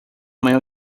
amanhã